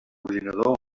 ordinador